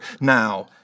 now